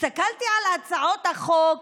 הסתכלתי על הצעות החוק